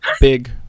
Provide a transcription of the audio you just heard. big